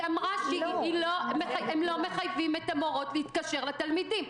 היא אמרה שהם לא מחייבים את המורות להתקשר לתלמידים.